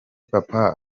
papa